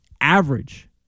average